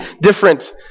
different